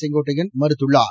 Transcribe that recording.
செங்கோட்டையன் மறுத்துள்ளார்